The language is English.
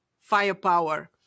firepower